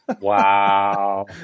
Wow